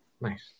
Nice